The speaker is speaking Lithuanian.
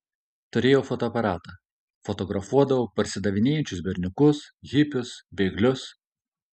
turėjau fotoaparatą fotografuodavau parsidavinėjančius berniukus hipius bėglius